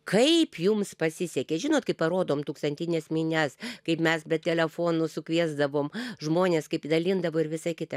kaip jums pasisekė žinot kai parodom tūkstantines minias kaip mes be telefonų sukviesdavom žmones kaip dalindavo ir visa kita